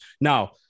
Now